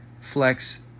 Flex